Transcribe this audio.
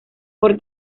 por